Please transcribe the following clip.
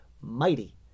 mighty